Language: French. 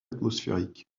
atmosphérique